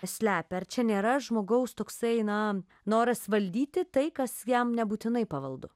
slepia ar čia nėra žmogaus toksai na noras valdyti tai kas jam nebūtinai pavaldu